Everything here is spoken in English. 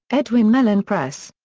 edwin mellen press.